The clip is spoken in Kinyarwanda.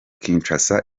kinshasa